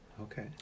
Okay